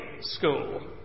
school